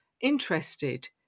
interested